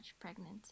pregnancy